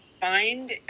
find